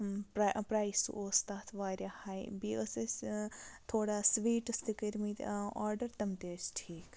پراے پرٛایِس اوس تَتھ واریاہ ہاے بیٚیہِ ٲس اَسہِ تھوڑا سویٖٹٕس تہِ کٔرۍ مٕتۍ آرڈَر تم تہِ ٲسۍ ٹھیٖک